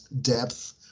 depth